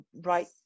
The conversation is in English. right